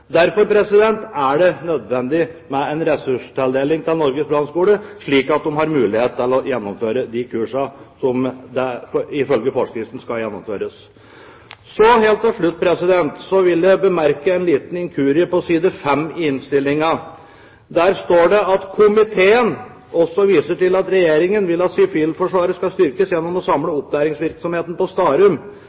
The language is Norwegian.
er det nødvendig med en ressurstildeling til Norges brannskole, slik at de har mulighet til å gjennomføre de kursene som ifølge forskriften skal gjennomføres. Helt til slutt vil jeg vise til en merknad på side 5 i innstillingen. Der står det: «Komiteen viser også til at regjeringen vil at Sivilforsvaret skal styrkes gjennom å samle opplæringsvirksomheten på Starum.